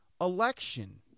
election